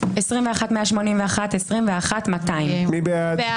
21,341 עד 21,360. מי בעד?